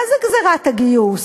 מה זה גזירת הגיוס?